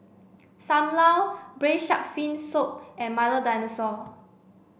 Sam Lau braised shark fin soup and Milo Dinosaur